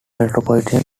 metropolitan